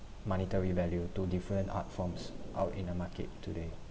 monetary value to different art forms out in the market today